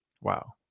Wow